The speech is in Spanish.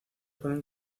pueden